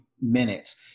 minutes